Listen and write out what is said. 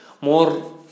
more